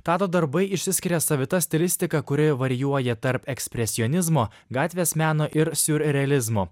tado darbai išsiskiria savita stilistika kuri varijuoja tarp ekspresionizmo gatvės meno ir siurrealizmo